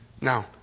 Now